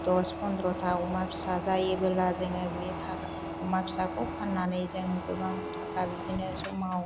दस पन्द्र'था अमा फिसा जायोब्ला जोङो बे थाखा अमा फिसाखौ फाननानै जों गोबां थाखा बिदिनो समाव